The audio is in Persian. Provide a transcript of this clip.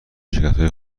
شرکتهای